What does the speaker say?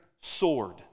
sword